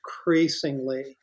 increasingly